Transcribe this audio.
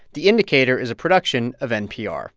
the indicator is a production of npr